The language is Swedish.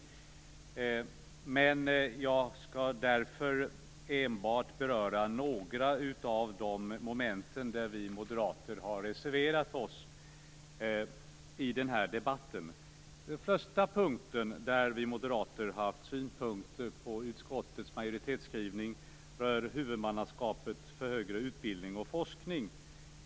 Jag skall i den här debatten därför enbart beröra några av de moment där vi moderater har reserverat oss. Den första punkt där vi moderater har haft synpunkter på utskottets majoritetsskrivning, rör huvudmannaskapet för högre utbildning och forskning.